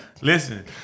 Listen